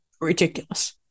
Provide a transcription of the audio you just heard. ridiculous